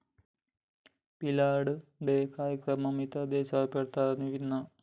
field day కార్యక్రమాలు ఇతర దేశాలల్ల పెడతారని విన్న